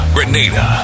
Grenada